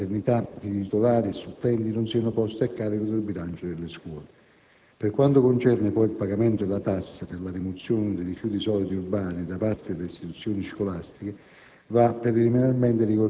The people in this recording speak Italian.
per le supplenze legate alla maternità di titolari e supplenti non siano poste a carico del bilancio delle scuole. Per quanto concerne, poi, il pagamento della tassa per la rimozione dei rifiuti solidi urbani da parte delle istituzioni scolastiche,